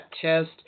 test